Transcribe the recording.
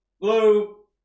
Blue